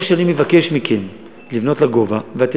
גם צועק, גם צודק.